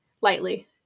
lightly